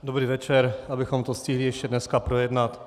Dobrý večer, abychom to stihli ještě dneska projednat.